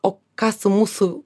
o ką su mūsų